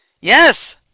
Yes